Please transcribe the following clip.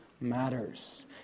Matters